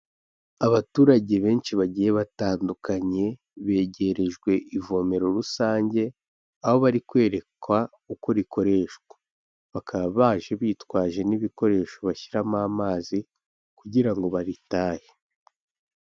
Abaturage benshi bagiye batandukanye begerejwe ivomero rusange, aho bari kwerekwa uko rikoreshwa, bakaba baje bitwaje n'ibikoresho bashyiramo amazi kugira ngo baritahe.